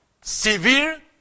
severe